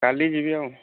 କାଲି ଯିବି ଆଉ